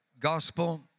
Gospel